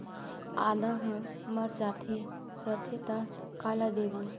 आदा हर मर जाथे रथे त काला देबो?